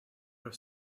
her